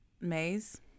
Maze